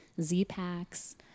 Z-packs